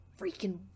freaking